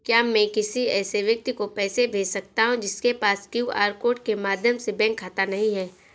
क्या मैं किसी ऐसे व्यक्ति को पैसे भेज सकता हूँ जिसके पास क्यू.आर कोड के माध्यम से बैंक खाता नहीं है?